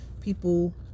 people